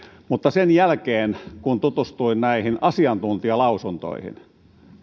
mutta sen jälkeen kun tutustuin näihin asiantuntijalausuntoihin